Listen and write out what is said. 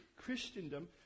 Christendom